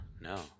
no